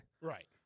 Right